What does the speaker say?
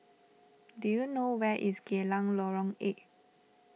do you know where is Geylang Lorong eight